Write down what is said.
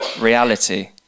reality